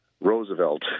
Roosevelt